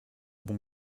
bons